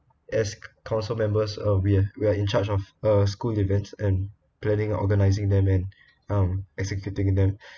as council members uh we we are in charge of uh school events and planning organising them and um executing them